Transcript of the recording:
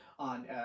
on